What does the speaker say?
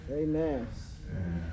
amen